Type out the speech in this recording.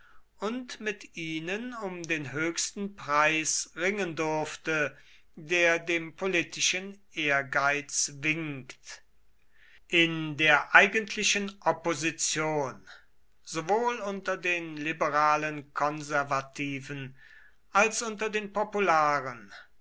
und mit ihnen um den höchsten preis ringen durfte der dem politischen ehrgeiz winkt in der eigentlichen opposition sowohl unter den liberalen konservativen als unter den